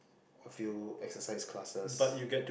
a few exercise classes